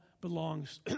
belongs